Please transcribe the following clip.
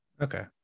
Okay